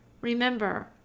Remember